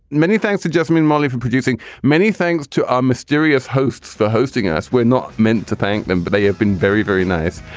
many thanks to just meet molly for producing many things to our mysterious hosts for hosting us we're not meant to thank them, but they have been very, very nice.